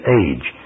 age